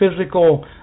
physical